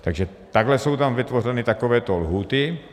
Takže takto jsou tam vytvořeny takovéto lhůty.